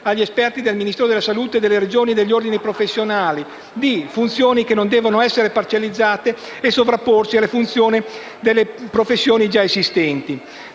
agli esperti del Ministero della salute, delle Regioni e degli Ordini professionali; funzioni che non devono essere parcellizzate e sovrapporsi alle funzioni delle professioni già esistenti.